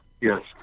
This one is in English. Yes